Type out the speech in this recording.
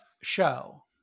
show